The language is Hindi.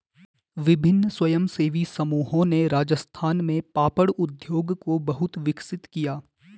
विभिन्न स्वयंसेवी समूहों ने राजस्थान में पापड़ उद्योग को बहुत विकसित किया